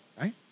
right